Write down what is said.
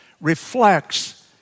reflects